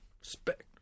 Respect